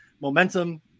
momentum